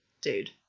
dude